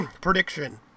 prediction